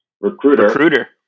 recruiter